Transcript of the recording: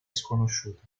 sconosciuta